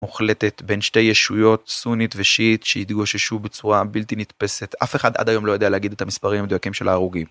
מוחלטת בין שתי ישויות סונית ושיעית שידעו ששהוא בצורה בלתי נתפסת. אף אחד עד היום לא יודע להגיד את המספרים המדויקים של ההרוגים.